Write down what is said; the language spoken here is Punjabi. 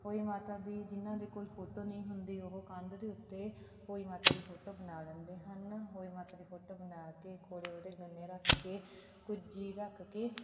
ਹੋਈ ਮਾਤਾ ਦੀ ਜਿਹਨਾਂ ਦੇ ਕੋਲ ਫੋਟੋ ਨਹੀਂ ਹੁੰਦੀ ਉਹ ਕੰਧ ਦੇ ਉੱਤੇ ਹੋਈ ਮਾਤਾ ਦੀ ਫੋਟੋ ਬਣਾ ਲੈਂਦੇ ਹਨ ਹੋਈ ਮਾਤਾ ਦੀ ਫੋਟੋ ਬਣਾ ਕੇ ਕੋਲ ਉਹਦੇ ਗੰਨੇ ਰੱਖ ਕੇ ਕੁੱਜੀ ਰੱਖ ਕੇ